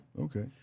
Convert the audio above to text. Okay